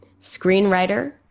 screenwriter